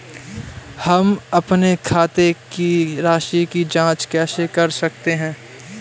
हम अपने खाते की राशि की जाँच कैसे कर सकते हैं?